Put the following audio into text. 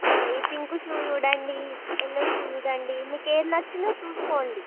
ఓ ఈ pink shoe చూడండి yellow shoe చూడండి మీకు ఏది నచ్చిందో చూసుకోండి